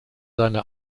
seine